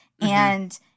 And-